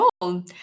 cool